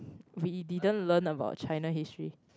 we didn't learn about China history